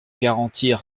garantir